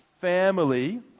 family